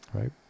Right